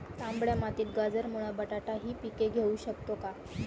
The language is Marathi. तांबड्या मातीत गाजर, मुळा, बटाटा हि पिके घेऊ शकतो का?